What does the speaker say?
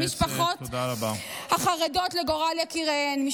למשפחות החרדות לגורל יקיריהן.